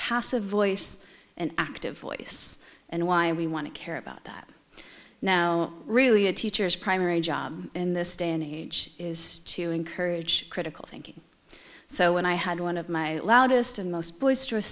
passive voice and active voice and why we want to care about that now really a teacher's primary job in this day and age is to encourage critical thinking so when i had one of my loudest and most boisterous